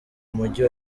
mujyi